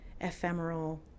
ephemeral